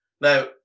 Now